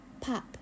Pop